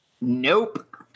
Nope